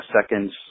seconds